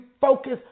focus